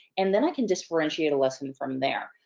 and then i can differentiate a lesson from there.